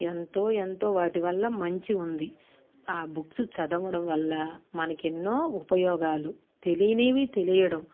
ఎంతో ఎంతో వాటి వల్ల మంచి ఉంది ఆ బుక్స్ చదవడం వల్ల మనకి ఎన్నో ఉపయోగాలు తెలియనివి తెలియడం